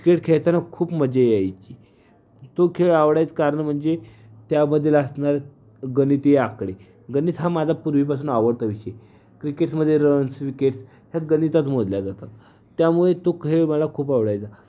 cricket खेळताना खूप मजा यायची तो खेळ आवडायचं कारण म्हणजे त्याबद्दल असणारं गणितीय आकडे गणित हा माझा पूर्वीपासून आवडता विषय क्रिकेट्समध्ये रन्स विकेट्स ह्या गणितात मोजल्या जातात त्यामुळे तो खेळ मला खूप आवडायचा